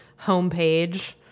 homepage